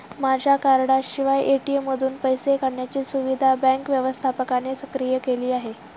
माझ्या कार्डाशिवाय ए.टी.एम मधून पैसे काढण्याची सुविधा बँक व्यवस्थापकाने सक्रिय केली आहे